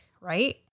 right